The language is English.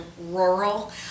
rural